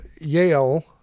Yale